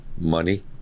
Money